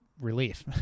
relief